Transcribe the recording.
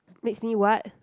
makes me what